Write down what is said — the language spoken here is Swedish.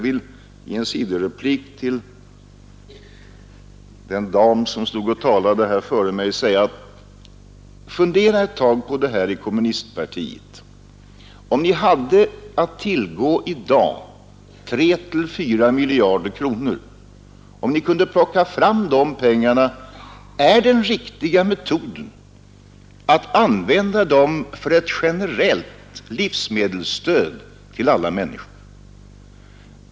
I en sidoreplik till den dam som stod i talarstolen före mig vill jag säga att kommunistpartiet borde fundera ett tag på det här: Om ni i dag hade att tillgå 3 eller 4 miljarder kronor, vore det då riktigt att använda dessa pengar för ett generellt livsmedelsstöd till alla människor?